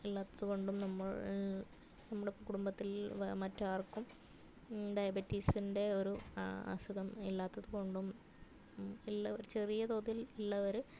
ഇല്ലാത്തത്കൊണ്ടും നമ്മൾ നമ്മുടെ കുടുംബത്തിൽ വ മറ്റാർക്കും ഡയബറ്റിസിൻ്റെ ഒരു അസുഖം ഇല്ലാത്തത് കൊണ്ടും ഇല്ലെ ഒരു ചെറിയ തോതിൽ ഉള്ളവർ